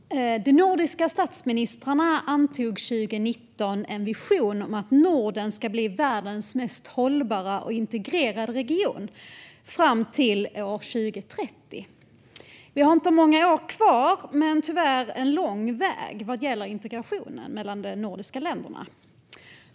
Fru talman! De nordiska statsministrarna antog 2019 en vision om att Norden ska bli världens mest hållbara och integrerade region fram till 2030. Vi har inte många år kvar, men tyvärr en lång väg vad gäller integrationen mellan de nordiska länderna.